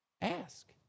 Ask